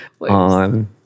on